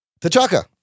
Tachaka